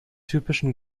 typischen